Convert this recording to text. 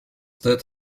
that